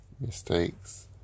mistakes